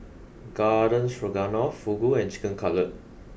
Garden Stroganoff Fugu and Chicken Cutlet